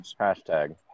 hashtag